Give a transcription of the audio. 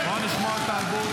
ואני יכול להגיד לך,